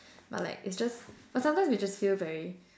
but like it's just but sometimes we just feel very